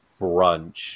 brunch